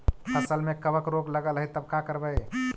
फसल में कबक रोग लगल है तब का करबै